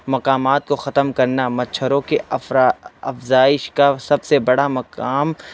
مقامات کو ختم کرنا مچھروں کی افزائش کا سب سے بڑا مقام